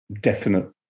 definite